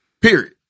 period